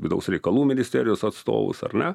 vidaus reikalų ministerijos atstovus ar ne